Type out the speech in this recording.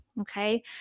Okay